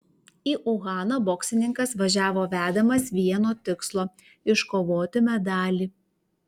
į uhaną boksininkas važiavo vedamas vieno tikslo iškovoti medalį